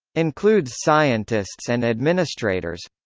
includes scientists and administrators